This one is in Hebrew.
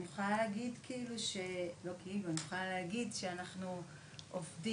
אני יכולה להגיד שאנחנו עובדים,